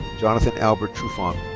jonathan albert trufant.